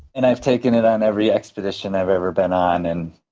and i've taken it on every expedition i've ever been on. and